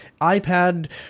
iPad